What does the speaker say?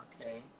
Okay